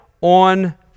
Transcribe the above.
on